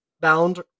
bound